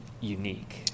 unique